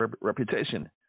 reputation